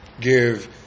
give